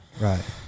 Right